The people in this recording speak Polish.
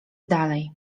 dalej